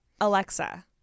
Alexa